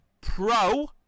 pro